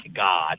God